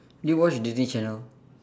do you watch Disney channel